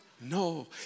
No